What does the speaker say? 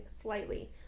slightly